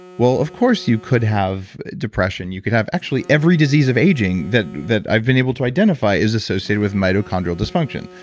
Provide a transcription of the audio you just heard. well of course you could have depression. you could have actually every disease of aging that that i've been able to identify is associated with mitochondria l dysfunction.